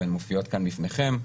והן מופיעות כאן בפניכם,